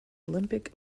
olympic